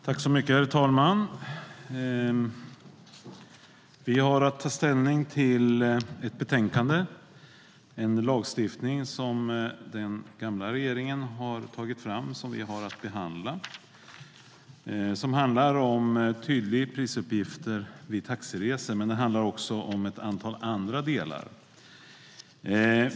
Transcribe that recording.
Herr talman! Vi har att ta ställning till ett betänkande som behandlar förslag till en lagstiftning som den gamla regeringen tog fram. Betänkandet handlar om tydliga prisuppgifter vid taxiresor, men det handlar också om ett antal andra delar.